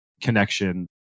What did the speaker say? connection